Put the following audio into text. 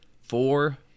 four